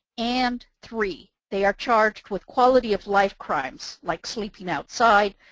and, three, they are charged with quality of life crimes like sleeping outside,